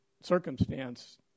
circumstance